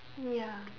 ya